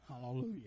Hallelujah